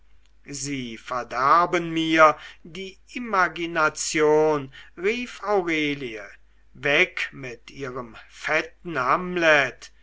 sie verderben mir die imagination rief aurelie weg mit ihrem fetten hamlet